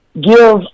give